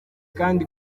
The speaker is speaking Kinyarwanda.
kandi